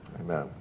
Amen